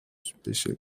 special